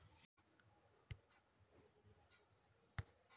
खुदरा व्यापार के द्वारा उपभोक्तावन तक खाद्यान्न पहुंचावे के व्यवस्था कइल जाहई